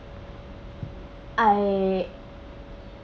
I